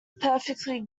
perfectly